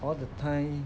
all the time